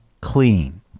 clean